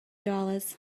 dollars